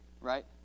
Right